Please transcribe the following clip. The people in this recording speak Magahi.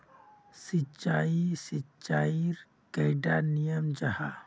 सिंचाई सिंचाईर कैडा नियम जाहा?